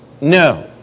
No